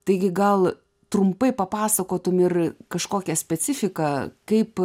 taigi gal trumpai papasakotum ir kažkokią specifiką kaip